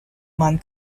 man